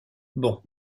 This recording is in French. bon